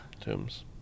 tombs